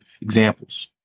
Examples